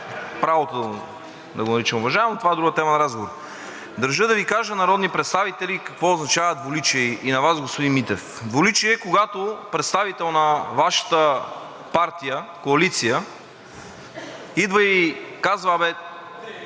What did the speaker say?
Държа да Ви кажа, народни представители, какво означава двуличие и на Вас, господин Митев. Двуличие е, когато представител на Вашата партия – коалиция, идва и казва: